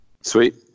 sweet